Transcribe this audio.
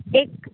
एक